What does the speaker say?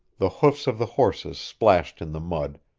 the hoofs of the horses splashed in the mud,